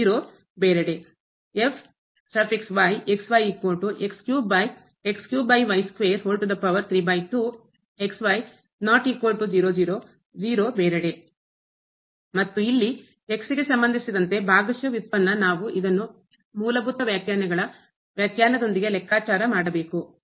ಆದ್ದರಿಂದ ನಮಗೆ ಮತ್ತು ಇಲ್ಲಿ ಗೆ ಸಂಬಂಧಿಸಿದಂತೆ ಭಾಗಶಃ ವ್ಯುತ್ಪನ್ನ ನಾವು ಇದನ್ನು ಮೂಲಭೂತ ವ್ಯಾಖ್ಯಾನಗಳ ವ್ಯಾಖ್ಯಾನದೊಂದಿಗೆ ಲೆಕ್ಕಾಚಾರ ಮಾಡಬೇಕು